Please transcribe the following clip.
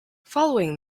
following